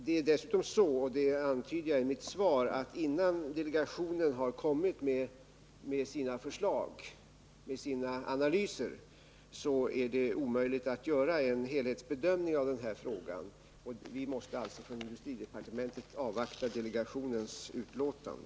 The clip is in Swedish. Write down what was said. Det är dessutom så, som jag antyder i mitt svar, att innan delegationen har kommit med sina analyser är det omöjligt att göra en helhetsbedömning av denna fråga. Vi måste inom industridepartementet avvakta delegationens utlåtande.